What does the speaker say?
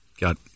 got